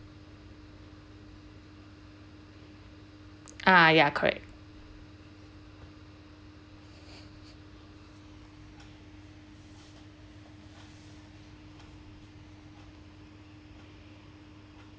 ah ya correct